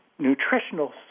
nutritional